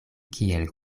kiel